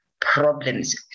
problems